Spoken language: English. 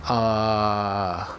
uh